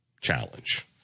challenge